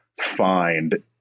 find